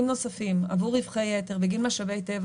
נוספים עבור רווחי יתר בגין משאבי טבע,